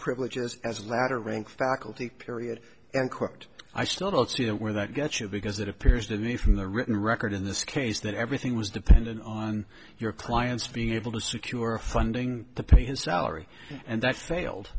privileges as a laddering faculty period and quote i still don't see where that gets you because it appears to me from the written record in this case that everything was dependent on your client's being able to secure funding to pay his salary and that failed